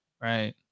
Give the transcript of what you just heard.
Right